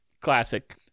Classic